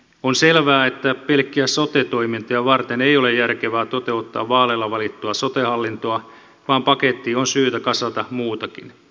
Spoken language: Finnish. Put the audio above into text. on selvää että pelkkiä sote toimintoja varten ei ole järkevää toteuttaa vaaleilla valittua sote hallintoa vaan pakettiin on syytä kasata muutakin